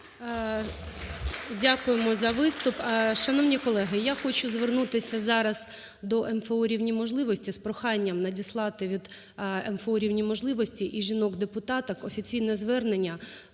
Дякуємо за виступ. Шановні колеги, я хочу звернутися зараз до МФО "Рівні можливості" з проханням надіслати від МФО "Рівні можливості" і жінок-депутаток офіційне звернення